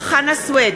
חנא סוייד,